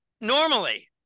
normally